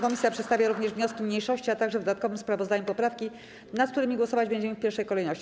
Komisja przedstawia również wnioski mniejszości, a także w dodatkowym sprawozdaniu poprawki, nad którymi głosować będziemy w pierwszej kolejności.